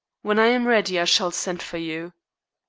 when i am ready i shall send for you.